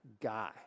guy